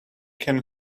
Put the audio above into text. can